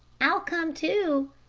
i'll come, too,